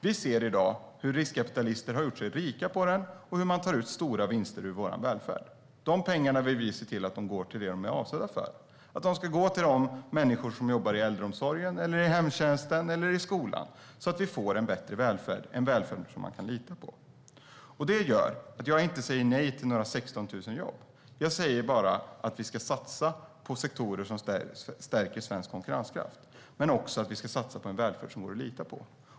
Vi ser i dag hur riskkapitalister har gjort sig rika på den och hur man tar ut stora vinster ur vår välfärd. Vi vill se till att dessa pengar går till det som de är avsedda för, det vill säga till människor som jobbar i äldreomsorgen, i hemtjänsten eller i skolan så att vi får en bättre välfärd - en välfärd som man kan lita på. Detta gör att jag inte säger nej till några 16 000 jobb. Jag säger bara att vi ska satsa på sektorer som stärker svensk konkurrenskraft och på en välfärd som går att lita på.